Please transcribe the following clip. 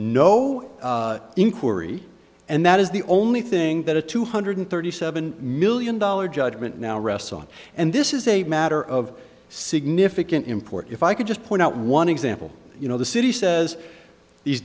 no inquiry and that is the only thing that a two hundred thirty seven million dollar judgment now rests on and this is a matter of significant import if i could just point out one example you know the city says these